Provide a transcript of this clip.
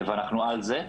ואנחנו על זה.